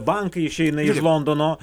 bankai išeina iš londono